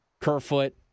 Kerfoot